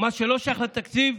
מה שלא שייך לתקציב,